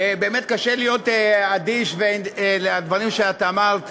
באמת קשה להיות אדיש לדברים שאת אמרת,